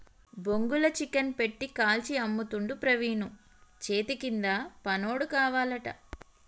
బొంగుల చికెన్ పెట్టి కాల్చి అమ్ముతుండు ప్రవీణు చేతికింద పనోడు కావాలట